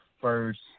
first